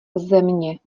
země